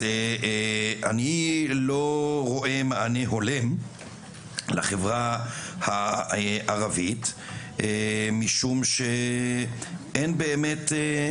אז אני לא רואה מענה הולם לחברה הערבית משום שאין באמת,